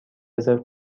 رزرو